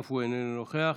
אף הוא איננו נוכח,